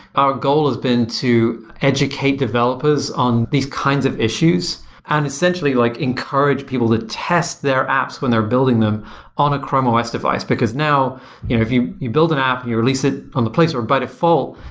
our goal has been to educate developers on these kind of issues and essentially like encourage people to test their apps when they're building them on a chrome os device, because now if you you build an app and you release it on the place or by default,